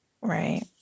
right